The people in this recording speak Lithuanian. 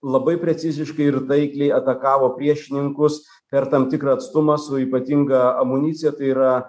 labai preciziškai ir taikliai atakavo priešininkus per tam tikrą atstumą su ypatinga amunicija tai yra